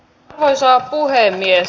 arvoisa puhemies